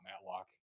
Matlock